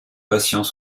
patients